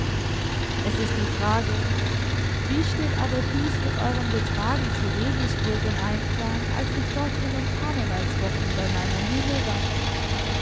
es ist die frage wie steht aber dies mit eurem betragen zu regensburg im einklang als ich dort in den karnevalswochen bei meiner muhme war